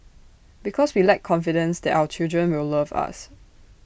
because we lack confidence that our children will love us